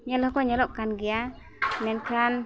ᱧᱮᱞ ᱦᱚᱸᱠᱚ ᱧᱮᱞᱚᱜ ᱠᱟᱱ ᱜᱮᱭᱟ ᱢᱮᱱᱠᱷᱟᱱ